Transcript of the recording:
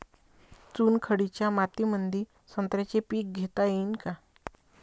चुनखडीच्या मातीमंदी संत्र्याचे पीक घेता येईन का?